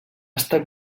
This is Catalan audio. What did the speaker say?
estat